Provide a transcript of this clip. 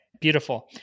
Beautiful